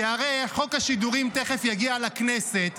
כי הרי חוק השידורים תכף יגיע לכנסת,